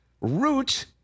root